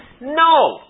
No